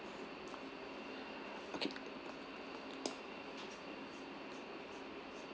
okay